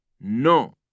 no